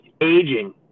aging